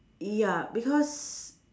ya because